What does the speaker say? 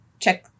check